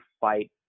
fight